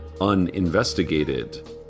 uninvestigated